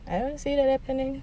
I don't see that happening